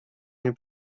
nie